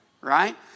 Right